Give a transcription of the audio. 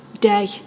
day